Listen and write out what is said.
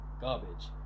garbage